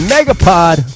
Megapod